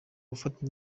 gufata